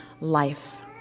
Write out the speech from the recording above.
life